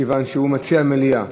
מכיוון שהוא מציע מליאה.